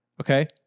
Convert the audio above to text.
Okay